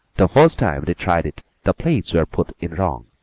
the first time they tried it the plates were put in wrong,